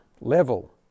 level